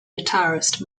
guitarist